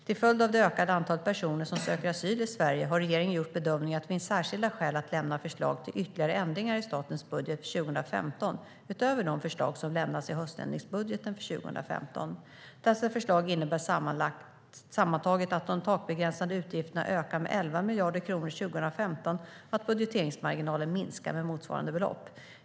Till följd av det ökade antalet personer som söker asyl i Sverige har regeringen gjort bedömningen att det finns särskilda skäl till att lämna förslag till ytterligare ändringar i statens budget för 2015 utöver de förslag som lämnats i höständringsbudgeten för 2015. Dessa förslag innebär sammantaget att de takbegränsade utgifterna ökar med 11 miljarder kronor 2015 och att budgeteringsmarginalen minskar med motsvarande belopp.